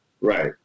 right